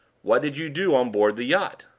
what did you do on board the yacht?